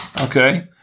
Okay